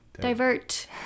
Divert